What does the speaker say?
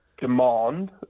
demand